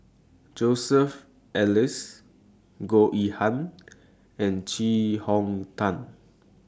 Joseph Elias Goh Yihan and Chee Hong Tat